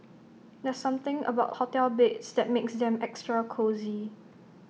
there's something about hotel beds that makes them extra cosy